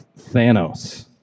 Thanos